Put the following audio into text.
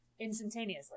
instantaneously